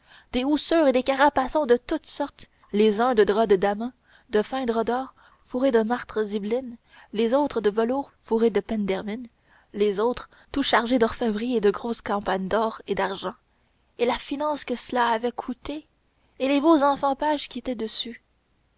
des houssures et caparaçons de toutes sortes les uns de drap de damas de fin drap d'or fourrés de martres zibelines les autres de velours fourrés de pennes d'hermine les autres tout chargés d'orfèvrerie et de grosses campanes d'or et d'argent et la finance que cela avait coûté et les beaux enfants pages qui étaient dessus